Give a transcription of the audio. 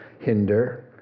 Hinder